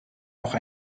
auch